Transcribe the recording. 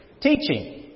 teaching